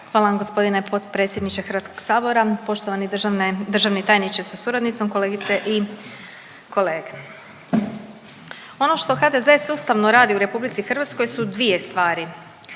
vam gospodine potpredsjedniče Hrvatskog sabora. Poštovani državne, državni tajniče sa suradnicom, kolegice i kolege. Ono što HDZ sustavno radi u RH su dvije stvari,